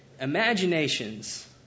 imaginations